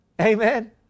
Amen